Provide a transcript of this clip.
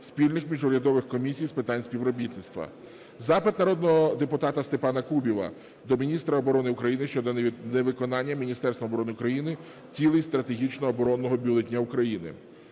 спільних міжурядових комісій з питань співробітництва. Запит народного депутата Степана Кубіва до міністра оборони України щодо невиконання Міністерством оборони України цілей Стратегічного оборонного бюлетня України.